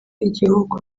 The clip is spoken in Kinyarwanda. igihugu